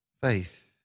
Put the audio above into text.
Faith